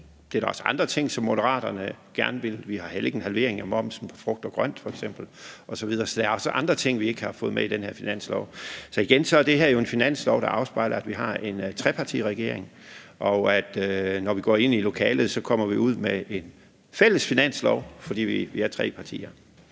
Det er der også andre ting, som Moderaterne gerne vil, der ikke er. Vi har heller ikke en halvering af momsen på frugt og grønt f.eks. Så der er også andre ting, vi ikke har fået med i den her finanslov. Igen vil jeg sige, at det her jo er en finanslov, der afspejler, at vi har en trepartiregering. Og når vi er gået ind i lokalet, kommer vi ud med en fælles finanslov, fordi vi er tre partier.